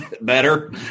better